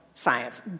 Science